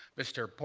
mr.